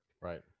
right